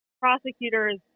prosecutors